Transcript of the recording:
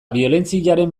biolentziaren